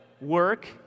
work